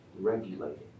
regulated